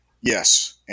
Yes